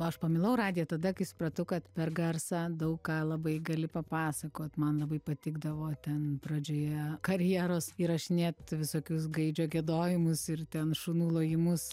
aš pamilau radiją tada kai supratau kad per garsą daug ką labai gali papasakot man labai patikdavo ten pradžioje karjeros įrašinėt visokius gaidžio giedojimus ir ten šunų lojimus